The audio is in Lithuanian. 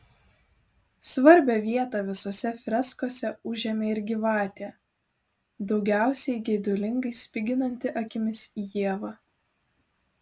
svarbią vietą visose freskose užėmė ir gyvatė daugiausiai geidulingai spiginanti akimis į ievą